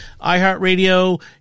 iHeartRadio